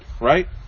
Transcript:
right